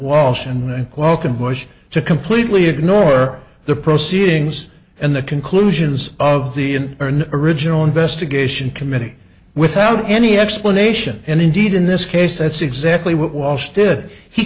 walsh and quokka bush to completely ignore the proceedings and the conclusions of the original investigation committee without any explanation and indeed in this case that's exactly what